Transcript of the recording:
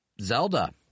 Zelda